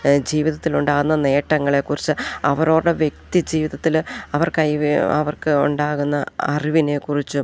ജീവിതത്തിലുണ്ടാകുന്ന നേട്ടങ്ങളെക്കുറിച്ച് അവരവരുടെ വ്യക്തി ജീവിതത്തിൽ അവർ കൈ അവർക്ക് ഉണ്ടാകുന്ന അറിവിനെക്കുറിച്ചും